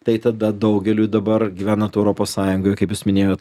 tai tada daugeliui dabar gyvenant europos sąjungoj kaip jūs minėjot